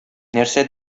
нәрсә